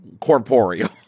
corporeal